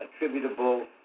attributable